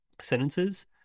sentences